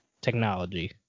technology